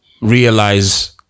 realize